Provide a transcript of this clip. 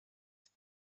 prof